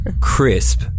Crisp